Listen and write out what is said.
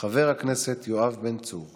חבר הכנסת רם בן ברק, מוותר,